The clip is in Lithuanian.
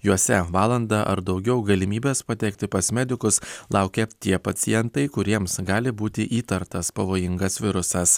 juose valandą ar daugiau galimybės patekti pas medikus laukia tie pacientai kuriems gali būti įtartas pavojingas virusas